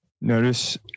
Notice